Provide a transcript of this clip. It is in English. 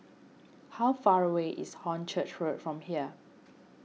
how far away is Hornchurch Road from here